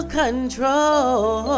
control